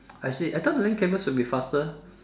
I see I thought the land cable should be faster